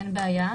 אין בעיה.